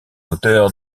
auteur